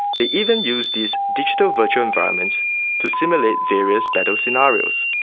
they even use these digital virtual environments to simulate various battle scenarios.